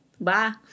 Bye